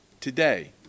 today